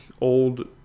old